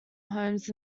homes